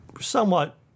somewhat